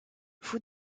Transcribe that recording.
fou